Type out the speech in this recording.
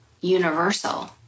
universal